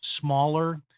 smaller